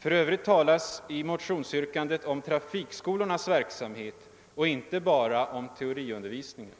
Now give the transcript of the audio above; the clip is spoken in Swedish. För Övrigt talas i motionsyrkandet om trafikskolornas verksamhet och inte bara om teoriundervisningen.